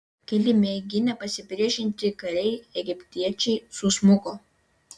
keli mėginę pasipriešinti kariai egiptiečiai susmuko